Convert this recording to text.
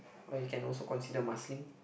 or you can also consider Marsiling